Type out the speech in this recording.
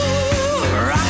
rock